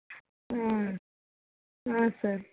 ಹಾಂ ಹಾಂ ಸರ್